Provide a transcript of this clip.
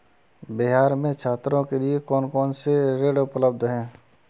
बिहार में छात्रों के लिए कौन कौन से ऋण उपलब्ध हैं?